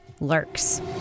lurks